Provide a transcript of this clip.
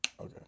Okay